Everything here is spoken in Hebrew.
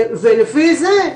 לפי זה,